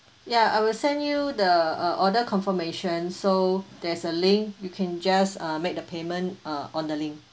ya I will send you the uh order confirmation so there's a link you can just uh make the payment uh on the link